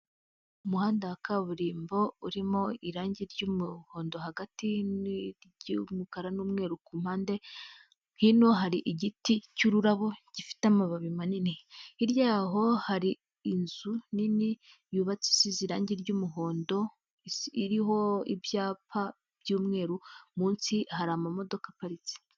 Umuhanda wa kaburimbo urimo irangi ry'umuhondo hagati n'iry'umukara n'umweru ku mpande, hino hari igiti cy'ururabo gifite amababi manini. Hirya yaho hari inzu nini yubatse, isize irangi ry'umuhondo, iriho ibyapa by'umweru, munsi hari amamodoka aparitse.